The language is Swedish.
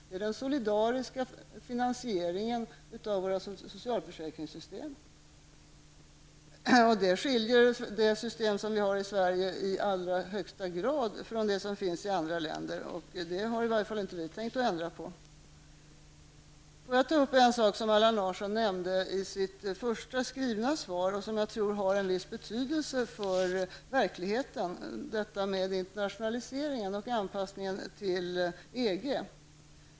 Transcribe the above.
Det är den solidariska finansieringen av våra socialförsäkringssystem. Den gör att det system som vi har i Sverige i allra högsta grad skiljer sig från dem som finns i andra länder. Det har i varje fall inte vi tänkt att ändra på. Jag vill ta upp en sak som Allan Larsson nämnde i sitt interpellationssvar, som jag tror har en viss betydelse för verkligheten, nämligen detta med internationaliseringen och anpassningen till EG.